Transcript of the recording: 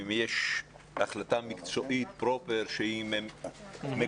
ואם יש החלטה מקצועית פרופר שהיא מגובה,